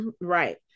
Right